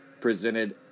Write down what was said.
Presented